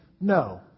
No